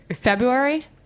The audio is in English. february